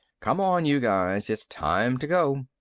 come on, you guys. it's time to go.